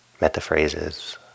metaphrases